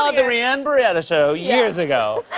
um the rhianne barreto show years ago.